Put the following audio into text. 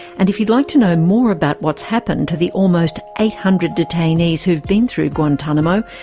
and if you'd like to know more about what's happened to the almost eight hundred detainees who've been through guantanamo,